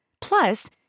Plus